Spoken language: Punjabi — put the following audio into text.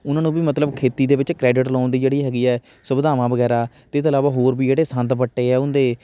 ਉਹਨਾਂ ਨੂੰ ਵੀ ਮਤਲਬ ਖੇਤੀ ਦੇ ਵਿੱਚ ਕ੍ਰੈਡਿਟ ਲੋਨ ਦੀ ਜਿਹੜੀ ਹੈਗੀ ਹੈ ਸੁਵਿਧਾਵਾਂ ਵਗੈਰਾ ਅਤੇ ਇਹ ਤੋਂ ਇਲਾਵਾ ਹੋਰ ਵੀ ਜਿਹੜੇ ਸੰਦ ਵੱਟੇ ਆ ਉਨ੍ਹਾਂ ਦੇ